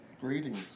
Greetings